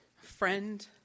friend